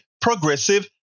progressive